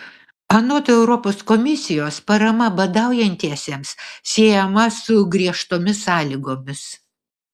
anot europos komisijos parama badaujantiesiems siejama su griežtomis sąlygomis